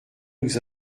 nous